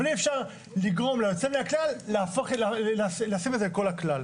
אבל אי אפשר לגרום ליוצא מן הכלל לשים את זה על כל הכלל.